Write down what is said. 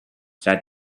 said